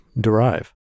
derive